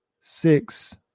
Six